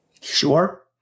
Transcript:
Sure